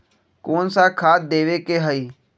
कोन सा खाद देवे के हई?